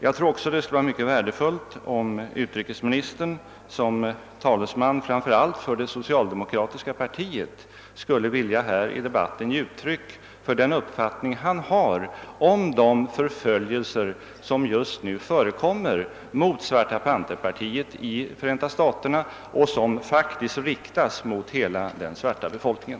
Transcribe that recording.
Det skulle också vara mycket värdefullt om utrikesministern som talesman framför allt för det socialdemokratiska partiet i denna debatt skulle vilja ge uttryck för den uppfattning han har om de förföljelser, som just nu riktas mot partiet Svarta pantrarna i Förenta staterna och som samtidigt är riktade mot hela den svarta befolkningen.